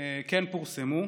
שכן פורסמו.